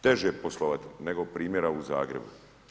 teže poslovat nego primjera u Zagrebu.